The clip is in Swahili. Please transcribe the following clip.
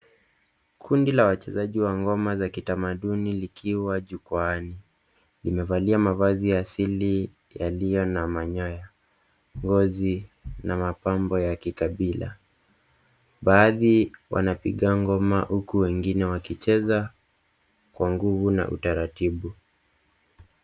Kundi la wachezaji wa ngoma za kitamaduni likiwa jukwaani. Limevalia mavazi ya asili yaliyo na manyoya, ngozi na mapambo ya kikabila. Baadhi wanapiga ngoma huku wengine wakicheza kwa nguvu na utaratibu.